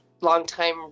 longtime